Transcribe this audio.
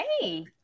Hey